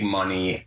money